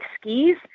skis